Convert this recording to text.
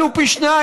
עלו פי שניים.